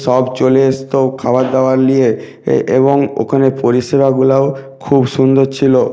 সব চলে আসতো খাবার দাবার নিয়ে এ এবং ওখানে পরিষেবাগুলাও খুব সুন্দর ছিলো